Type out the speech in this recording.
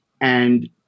And-